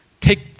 take